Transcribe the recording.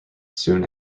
soon